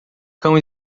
cão